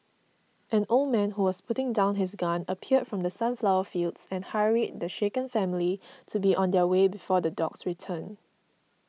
an old man who was putting down his gun appeared from the sunflower fields and hurried the shaken family to be on their way before the dogs return